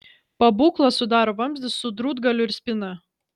pabūklą sudaro vamzdis su drūtgaliu ir spyna